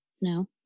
No